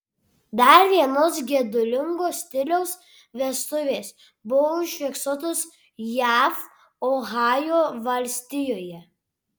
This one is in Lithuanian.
dar vienos gedulingo stiliaus vestuvės buvo užfiksuotos jav ohajo valstijoje